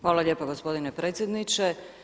Hvala lijepa gospodine predsjedniče.